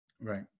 Right